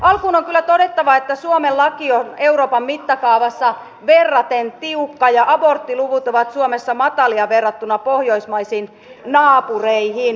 alkuun on kyllä todettava että suomen laki on euroopan mittakaavassa verraten tiukka ja aborttiluvut ovat suomessa matalia verrattuna pohjoismaisiin naapureihin